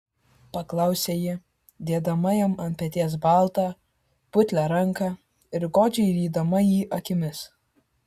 paklausė ji dėdama jam ant peties baltą putlią ranką ir godžiai rydama jį akimis